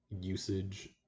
usage